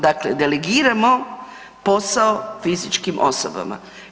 Dakle delegiramo posao fizičkim osobama.